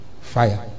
fire